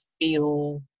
feel